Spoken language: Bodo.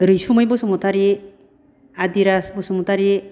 रैसुमै बसुमतारी आदिरास बसुमतारी